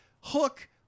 Hook